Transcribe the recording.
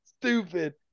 stupid